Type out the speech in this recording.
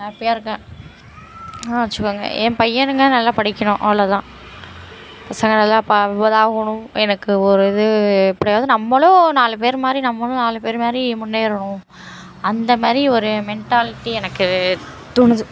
ஹேப்பியாக இருக்கேன் ஆ வெச்சுக்கோங்க என் பையனுங்க நல்லா படிக்கணும் அவ்வளோ தான் பசங்களெல்லாம் பா ஆகணும் எனக்கு ஒரு இது எப்படியாவது நம்மளும் நாலு பேர் மாதிரி நம்மளும் நாலு பேர் மாதிரி முன்னேறணும் அந்த மாதிரி ஒரு மெண்ட்டாலிட்டி எனக்கு தோணுது